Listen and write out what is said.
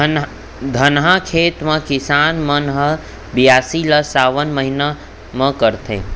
धनहा खेत म किसान मन ह बियासी ल सावन महिना म करथे